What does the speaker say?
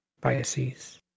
Biases